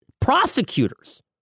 prosecutors